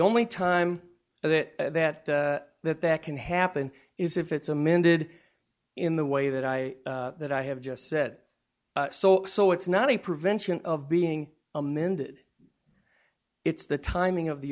only time that that that that can happen is if it's amended in the way that i that i have just said so so it's not the prevention of being amended it's the timing of the